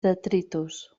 detritus